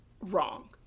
Wrong